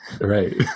Right